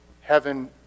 heaven